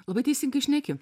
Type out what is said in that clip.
labai teisingai šneki